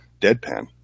deadpan